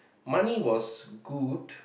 money was good